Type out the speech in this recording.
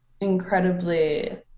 incredibly